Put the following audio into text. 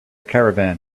caravan